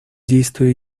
действию